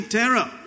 terror